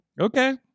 Okay